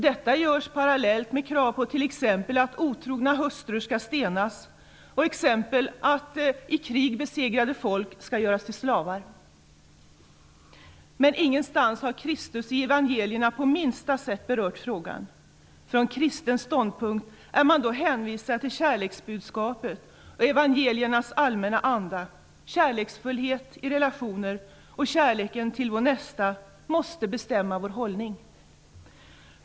Detta görs parallellt med krav på att t.ex. otrogna hustrur skall stenas och att i krig besegrade folk skall göras till slavar. Men ingenstans har Kristus i evangelierna på minsta sätt berört frågan. Från kristen ståndpunkt är man då hänvisad till kärleksbudskapet och evangeliernas allmänna anda. Kärleksfullhet i relationer och kärleken till vår nästa måste bestämma vår hållning.